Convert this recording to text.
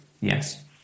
Yes